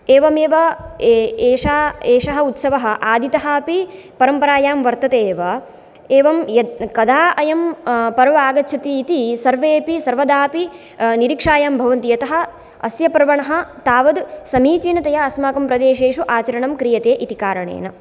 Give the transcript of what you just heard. एवमेव ए एष एषः उत्सवः आदितः अपि परम्परायां वर्तते एव एवं यद् कदा अयं पर्व आगच्छति इति सर्वेपि सर्वदापि निरिक्षायां भवन्ति यतः अस्य पर्वणः तावत् समीचीनतया अस्माकं प्रदेशेषु आचरणं क्रियते इति कारणेन